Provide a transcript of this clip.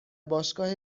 باشگاه